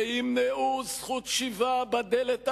שימנעו זכות שיבה בדלת האחורית,